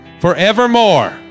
Forevermore